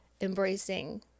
embracing